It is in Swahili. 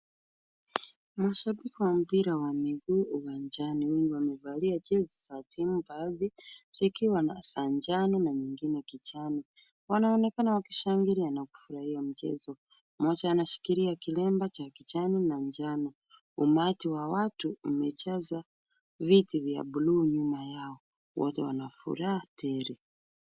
Mashabiki wa mpira wamejaa uwanjani. Wengi wamevalia jezi za timu baadhi zikiwa na za njano na nyingine kijani. Wanaonekana wakishangilia na kufurahia mchezo. Mmoja anashikilia kilemba cha kijani na njano. Umati wa watu umejaza viti vya buluu nyuma yao. Wote wana furaha tele.